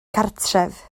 cartref